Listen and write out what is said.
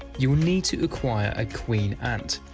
you will need to acquire a queen ant.